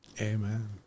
Amen